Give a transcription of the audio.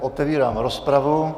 Otevírám rozpravu.